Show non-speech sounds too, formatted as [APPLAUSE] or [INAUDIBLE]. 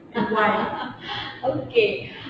[LAUGHS] okay